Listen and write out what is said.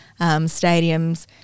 stadiums